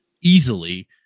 easily